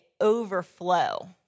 overflow